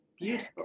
beautiful